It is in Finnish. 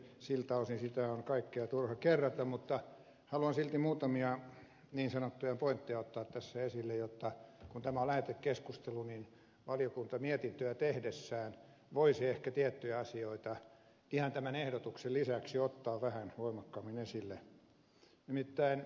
siltä osin sitä on kaikkea turha kerrata mutta haluan silti muutamia niin sanottuja pointteja ottaa tässä esille jotta kun tämä on lähetekeskustelu valiokunta mietintöä tehdessään voisi ehkä tiettyjä asioita ihan tämän ehdotuksen lisäksi ottaa vähän voimakkaammin esille